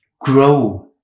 grow